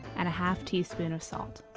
and a half teaspoon of salt.